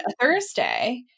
Thursday